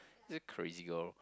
it's a crazy girl